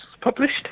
published